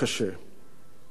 גדעון היה אדם טוב.